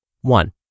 One